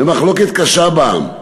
במחלוקת קשה בעם,